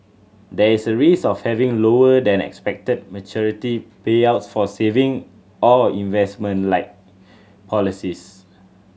there is a risk of having lower than expected maturity payouts for saving or investment liked policies